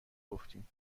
گفتین